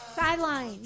Sideline